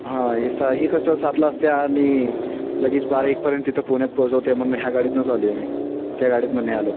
हां हे सा कसं सातला असते आणि लगेच बारा एकपर्यंत तिथं पुण्यात पोचवते म्हणून ह्या गाडीतूनच आलो आहे त्या गाडीतून नाही आलो